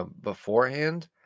beforehand